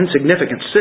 insignificant